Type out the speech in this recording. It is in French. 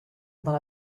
dans